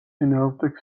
წინააღმდეგ